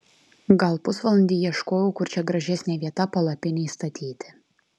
gal pusvalandį ieškojau kur čia gražesnė vieta palapinei statyti